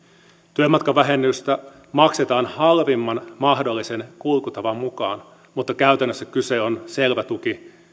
työmatkavähennystä maksetaan halvimman mahdollisen kulkutavan mukaan mutta käytännössä kyseessä on selvä tuki